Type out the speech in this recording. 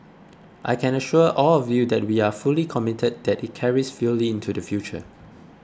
I can assure all of you that we are fully committed that it carries fully into the future